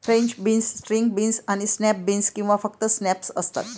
French beans, string beans आणि snap beans किंवा फक्त स्नॅप्स असतात